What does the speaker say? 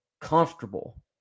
comfortable